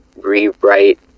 rewrite